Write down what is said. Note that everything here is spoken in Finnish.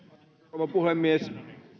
rouva puhemies